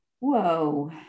whoa